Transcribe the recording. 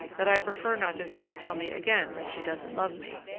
that i prefer not to hear her tell me again that she doesn't love me.